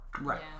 Right